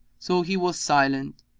so he was silent,